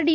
D